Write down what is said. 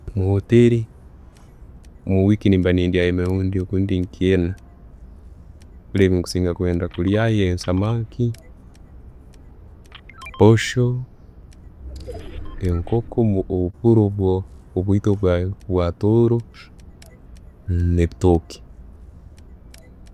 Omuwoteeri, omuweeki nemba nendyayo emirundi nke ena. Ebyokulya byensinga kwenda kulyayo ensomaki, posho, enkooko buno obwaitu obwatooro, ne'bitooke.